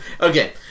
okay